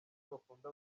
bakunda